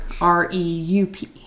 R-E-U-P